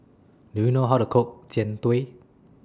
Do YOU know How to Cook Jian Dui